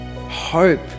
hope